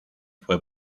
fue